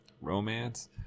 romance